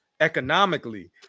economically